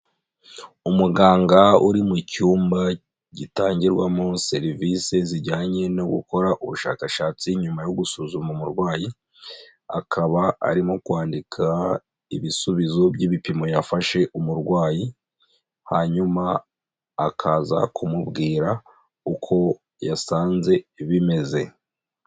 Umuganga uri mu cyumba gitangirwamo serivise zijyanye no gukora ubushakashatsi nyuma yo gusuzuma umurwayi, akaba arimo kwandika ibisubizo by'ibipimo yafashe umurwayi, hanyuma akaza kumubwira uko yasanze bimeze.